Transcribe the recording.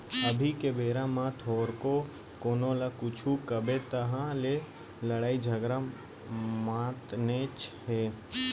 अभी के बेरा म थोरको कोनो ल कुछु कबे तहाँ ले लड़ई झगरा मातनेच हे